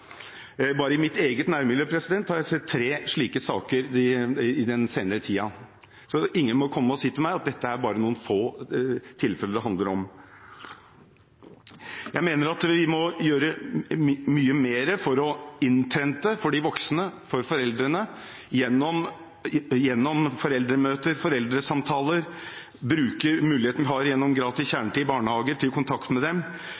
Bare i mitt eget nærmiljø har jeg sett tre slike saker i den senere tiden, så ingen må komme og si til meg at det bare er noen få tilfeller det dreier seg om. Jeg mener at vi må gjøre mye mer for å innprente de voksne, foreldrene, gjennom foreldremøter og foreldresamtaler, at en bruker muligheten en har gjennom gratis kjernetid i barnehager til å få kontakt med dem,